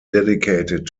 dedicated